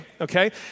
Okay